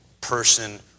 person